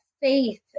faith